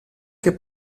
che